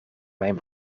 mijn